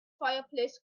fireplace